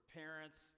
parents